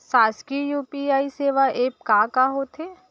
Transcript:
शासकीय यू.पी.आई सेवा एप का का होथे?